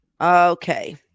Okay